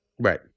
Right